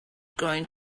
growing